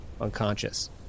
unconscious